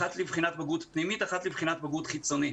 האחת לבחינת בגרות פנימית והאחרת לבחינת בגרות חיצונית.